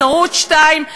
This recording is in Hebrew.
את ערוץ 2,